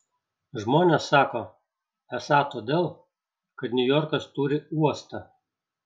žmonės sako esą todėl kad niujorkas turi uostą